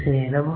ನೀಡಬಹುದು